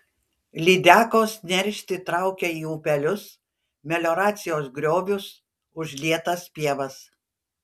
lydekos neršti traukia į upelius melioracijos griovius užlietas pievas